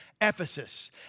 Ephesus